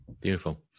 Beautiful